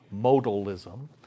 modalism